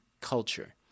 culture